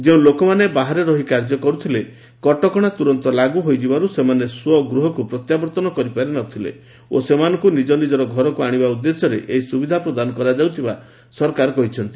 ଯେଉଁ ଲୋକମାନେ ବାହାରେ ରହି କାର୍ଯ୍ୟ କରୁଥିଲେ କଟକଣା ତୁରନ୍ତ ଲାଗୁ ହୋଇଯିବାରୁ ସେମାନେ ସ୍ୱଗୃହ ପ୍ରତ୍ୟାବର୍ତ୍ତନ କରିପାରି ନ ଥିଲେ ଓ ସେମାନଙ୍କୁ ନିଜ ନିଜର ଘରକୁ ଆଣିବା ଉଦ୍ଦେଶ୍ୟରେ ଏହି ସୁବିଧା ପ୍ରଦାନ କରାଯାଉଥିବାର ସରକାର କହିଛନ୍ତି